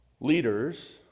Leaders